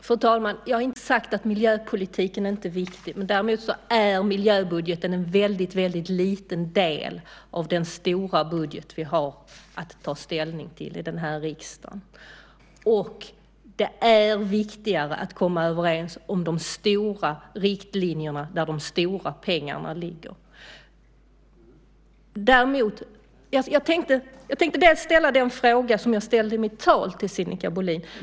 Fru talman! Jag har inte sagt att miljöpolitiken inte är viktig. Men däremot är miljöbudgeten en väldigt liten del av den stora budget som vi har att ta ställning till i den här riksdagen. Och det är viktigare att komma överens om de stora riktlinjerna där de stora pengarna ligger. Jag tänkte be att få ställa en fråga som jag ställde i mitt anförande till Sinikka Bohlin.